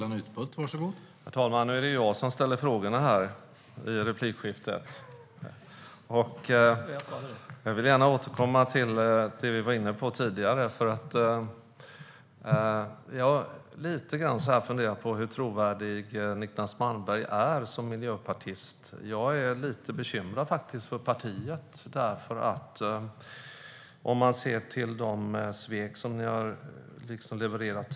Herr talman! Nu är det jag som ställer frågorna i replikskiftet. Jag vill återkomma till det som vi var inne på tidigare. Jag har funderat på hur trovärdig Niclas Malmberg är som miljöpartist. Jag är lite bekymrad för partiet om man ser till de svek som det tidigare levererat.